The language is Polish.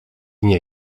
nie